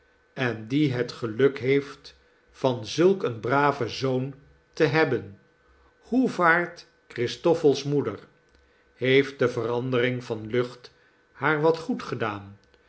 en die het geluk heeft van zulk een braven zoon te hebben hoe vaart christoffel's moeder heeft de verandering van lucht haar wat goed gedaan